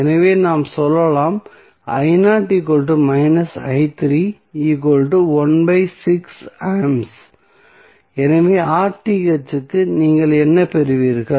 எனவே நாம் சொல்லலாம் A எனவே க்கு நீங்கள் என்ன பெறுவீர்கள்